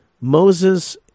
Moses